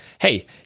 hey